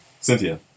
cynthia